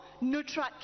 neutral